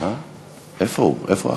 איפה אחמד?